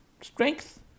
strength